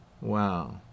Wow